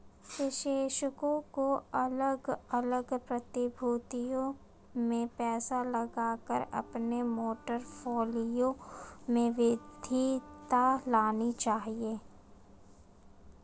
निवेशकों को अलग अलग प्रतिभूतियों में पैसा लगाकर अपने पोर्टफोलियो में विविधता लानी चाहिए